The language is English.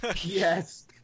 Yes